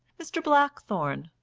mr. blackthorne,